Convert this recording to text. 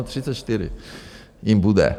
Třicet čtyři jim bude.